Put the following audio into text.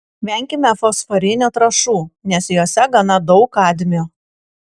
venkime fosforinių trąšų nes jose gana daug kadmio